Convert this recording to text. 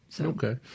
Okay